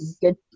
good